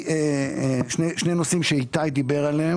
שני נושאים שאיתי דיבר עליהם.